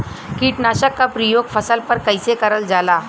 कीटनाशक क प्रयोग फसल पर कइसे करल जाला?